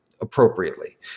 appropriately